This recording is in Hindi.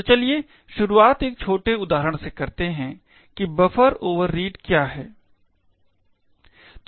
तो चलिए शुरुआत एक छोटे उदाहरण से करते है कि बफर ओवररीड क्या है